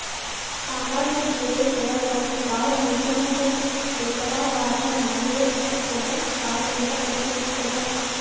ಸಾಮಾನ್ಯ ಷೇರಗಳ ಒಂದ್ ಪಾಲ ನಿಗಮದ ಶೇಕಡಾವಾರ ಮಾಲೇಕತ್ವದ ಪಾಲನ್ನ ಪ್ರತಿನಿಧಿಸ್ತದ